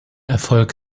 erfolg